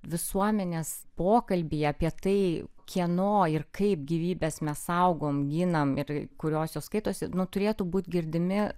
visuomenės pokalbyje apie tai kieno ir kaip gyvybes mes saugom ginam ir kurios jau skaitosi nu turėtų būt girdimi